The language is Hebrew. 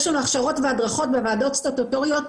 יש לנו הכשרות והדרכות בוועדות סטטוטוריות.